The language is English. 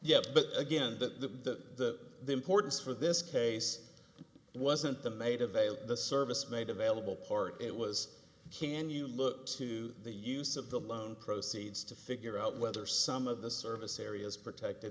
yeah but again the importance for this case wasn't the made available the service made available part it was can you look to the use of the loan proceeds to figure out whether some of the service areas protected